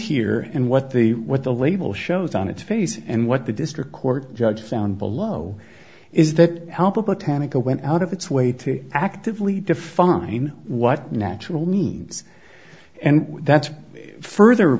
here and what the what the label shows on its face and what the district court judge found below is that help attended to went out of its way to actively define what natural means and that's further